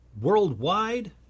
worldwide –